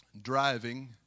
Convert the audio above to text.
driving